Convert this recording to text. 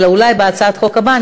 אלא אולי בהצעת החוק הבאה.